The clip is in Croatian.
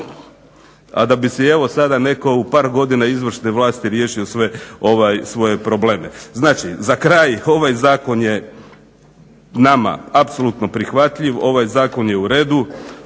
A da bi si evo sada netko u par godina izvršne vlasti riješio sve svoje probleme. Znači za kraj, ovaj zakon je nama apsolutno prihvatljiv, ovaj zakon je u redu,